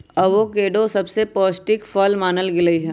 avocado सबसे पौष्टिक फल मानल गेलई ह